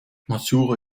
majuro